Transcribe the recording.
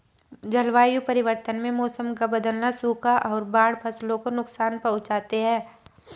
जलवायु परिवर्तन में मौसम का बदलना, सूखा और बाढ़ फसलों को नुकसान पहुँचाते है